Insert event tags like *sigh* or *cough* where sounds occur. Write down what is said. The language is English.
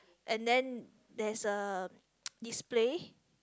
and then there's a *noise* display